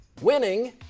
Winning